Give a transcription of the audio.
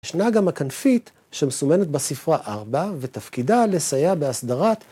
ישנה גם הכנפית, שמסומנת בספרה 4, ותפקידה לסייע בהסדרת